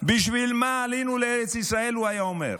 בשביל מה עלינו לארץ ישראל, הוא היה אומר,